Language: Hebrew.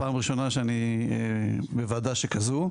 וזו הפעם הראשונה שאני בוועדה שכזו.